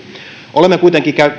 olemme kuitenkin